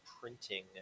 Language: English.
printing